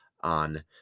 on